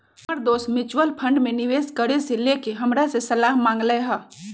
हमर दोस mutual fund में निवेश करे से लेके हमरा से सलाह मांगलय ह